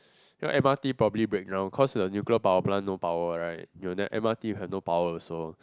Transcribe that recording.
then M_R_T probably breakdown cause the nuclear power plant no power right you'll ne~ M_R_T will have no power also